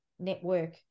Network